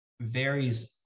varies